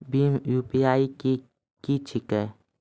भीम UPI की छीके?